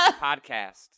Podcast